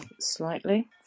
slightly